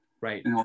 Right